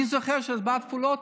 אני זוכר שבהצבעות כפולות